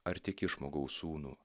ar tiki žmogaus sūnų